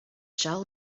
shall